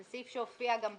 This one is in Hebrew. זה סעיף שהופיע גם בכחול,